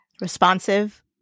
Responsive